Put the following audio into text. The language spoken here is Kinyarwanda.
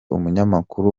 umunyamakuru